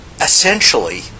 essentially